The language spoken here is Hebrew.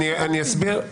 אני אסביר.